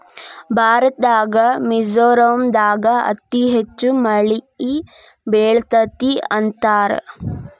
ಭಾರತದಾಗ ಮಿಜೋರಾಂ ದಾಗ ಅತಿ ಹೆಚ್ಚ ಮಳಿ ಬೇಳತತಿ ಅಂತಾರ